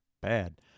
bad